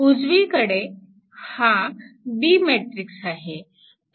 उजवीकडे हा B matrix आहे